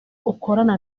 ukorana